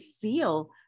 feel